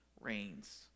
reigns